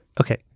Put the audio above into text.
okay